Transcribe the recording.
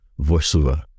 voiceover